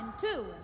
Two